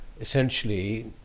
essentially